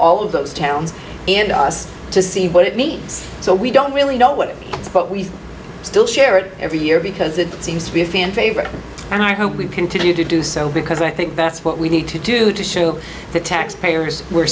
all of those towns and us to see what it means so we don't really know what but we still share it every year because it seems to be a fan favorite and i hope we continue to do so because i think that's what we need to do to show the taxpayers we're